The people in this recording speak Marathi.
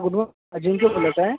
अजिंक्य बोलत आहे